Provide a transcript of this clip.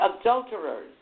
adulterers